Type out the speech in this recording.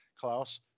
Klaus